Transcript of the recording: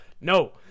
No